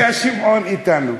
היה שמעון אתנו,